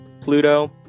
pluto